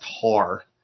tar